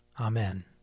Amen